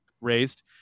raised